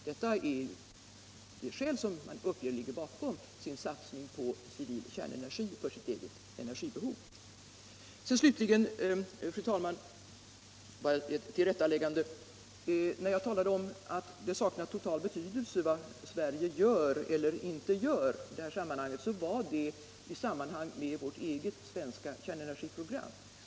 Detta är alltså det skäl som man uppger ligga bakom sin satsning på civil kärnenergi för sitt eget energibehov. Slutligen, fru talman, bara ett tillrättaläggande. När jag talade om att det totalt saknar betydelse vad Sverige gör eller inte gör i detta sammanhang, så var det i samband med vårt eget svenska kärnenergiprogram.